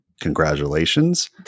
Congratulations